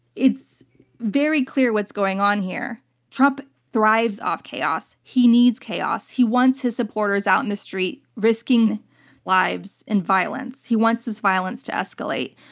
it's very clear what's going on here trump thrives off chaos. he needs chaos. he wants his supporters out in the street risking lives and violence. he wants this violence to escalate.